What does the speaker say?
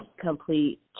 complete